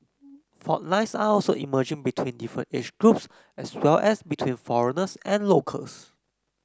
fault lines are also emerging between different age groups as well as between foreigners and locals